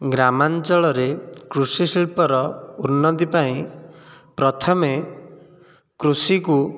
ଗ୍ରାମାଞ୍ଚଳରେ କୃଷି ଶିଳ୍ପର ଉନ୍ନତି ପାଇଁ ପ୍ରଥମେ କୃଷିକୁ